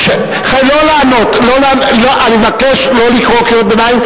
לא לקרוא קריאות ביניים.